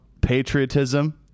patriotism